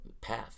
path